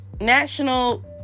National